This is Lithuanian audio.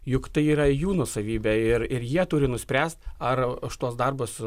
juk tai yra jų nuosavybė ir ir jie turi nuspręst ar už tuos darbus